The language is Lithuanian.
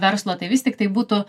verslo tai vis tiktai būtų